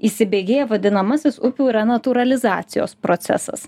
įsibėgėja vadinamasis upių renatūralizacijos procesas